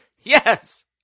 Yes